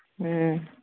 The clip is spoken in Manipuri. ꯑꯣ